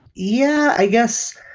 yeah, i guess.